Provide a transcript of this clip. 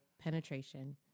penetration